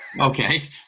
Okay